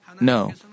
No